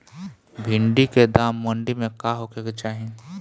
भिन्डी के दाम मंडी मे का होखे के चाही?